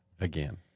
Again